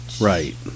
Right